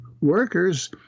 workers